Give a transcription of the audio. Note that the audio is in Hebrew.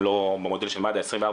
הם לא כמו במודל של מד"א 24/7,